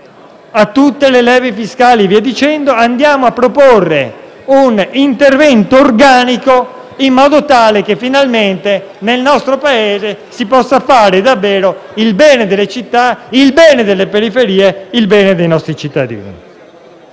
a tutte le leve fiscali e via dicendo. Noi proponiamo un intervento organico, in modo tale che - finalmente - nel nostro Paese si possa fare davvero il bene delle città, delle periferie e dei nostri cittadini.